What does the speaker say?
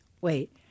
Wait